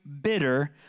bitter